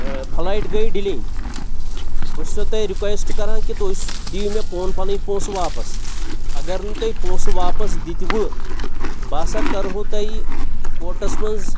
flight گٔے delay بہٕ چھُسو تۄہہِ رِکویٚسٹ کران کہِ تُہۍ سو دِیو مےٚ پون پنٕنۍ پۅنٛسہٕ واپس اگر نہٕ تۄہہِ پۅنٛسہٕ واپس دِتۍ وٕ بہٕ ہسا کرہو تۄہہِ کورٹس منٛز